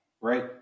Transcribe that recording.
right